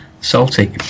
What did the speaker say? Salty